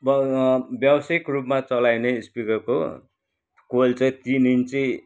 व्यावसायिक रूपमा चलाइने स्पिकरको कोइल चाहिँ तिन इन्ची